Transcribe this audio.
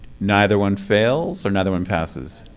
neither one fails or neither one passes?